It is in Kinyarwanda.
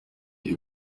iyo